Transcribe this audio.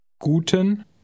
Guten